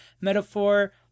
metaphor